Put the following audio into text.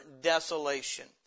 desolation